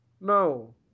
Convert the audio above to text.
No